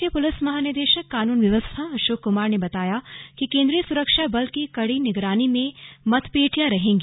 प्रदेश के पुलिस महानिदेशक कानून व्यवस्था अशोक कमार ने बताया कि केंद्रीय सुरक्षा बल की कड़ी निगरानी में मतपेटियां रहेंगी